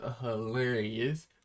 hilarious